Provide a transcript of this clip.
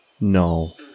No